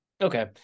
okay